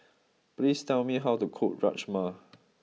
please tell me how to cook Rajma